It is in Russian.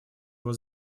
его